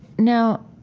now,